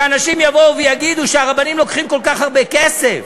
שאנשים יבואו ויגידו שהרבנים לוקחים כל כך הרבה כסף?